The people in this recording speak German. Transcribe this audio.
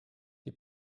die